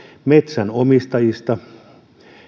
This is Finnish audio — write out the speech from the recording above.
metsänomistajista